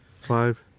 Five